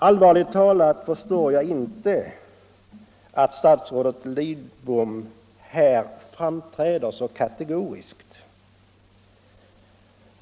Allvarligt talat förstår jag inte att statsrådet Lidbom här framträder så kategoriskt.